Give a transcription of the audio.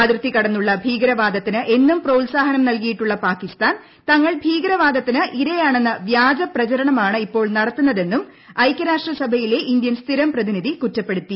അതിർത്തി കടന്നുള്ള ഭീകരവാദ്യത്തീന് എന്നും പ്രോത്സാഹനം നൽകിയിട്ടുള്ള പാക്കിസ്ഥാൻ തങ്ങൾ ഭീകരവാദത്തിന് ഇരയാണെന്ന വ്യാജപ്രചരണം ആണ് ഇപ്പേങറ്റ നടത്തുന്നതെന്നും ഐക്യരാഷ്ട്രസഭയിലെ ഇന്ത്യൻ സ്ഥിരം പ്രതിനിധി കുറ്റപ്പെടുത്തി